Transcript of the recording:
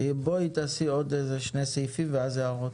בואי תעשי עוד איזה שני סעיפים, ואז הערות.